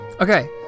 Okay